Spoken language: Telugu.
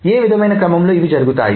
ఏ విధమైన క్రమంలో ఇవి జరుగుతాయి